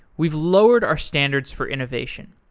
we've lowered our standards for innovation.